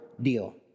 deal